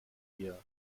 ihr